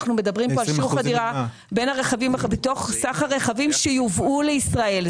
אנחנו מדברים על שיעור חדירה בין הרכבים בתוך סך הרכבים שיובאו לישראל.